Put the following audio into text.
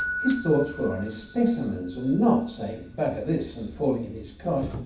his thoughts were on his specimens and not saying bugger this! and falling in his cot.